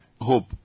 hope